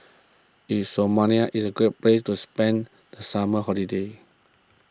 is Somalia is a great place to spend the summer holiday